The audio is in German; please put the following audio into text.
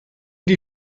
die